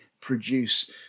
produce